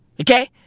Okay